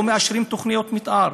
לא מאשרים תוכניות מתאר.